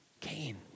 Cain